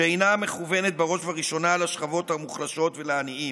שאינה מכוונת בראש ובראשונה לשכבות המוחלשות ולעניים.